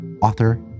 author